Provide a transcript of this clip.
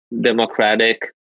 democratic